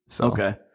Okay